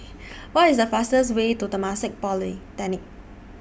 What IS The fastest Way to Temasek Polytechnic